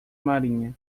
marinha